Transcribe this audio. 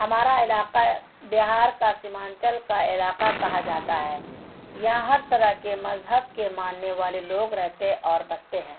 ہمارا علاقہ بہار کا سمانچل کا علاقہ کہا جاتا ہے یہاں ہر طرح کے مذہب کے ماننے والے لوگ رہتے اور بچتے ہیں